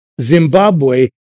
Zimbabwe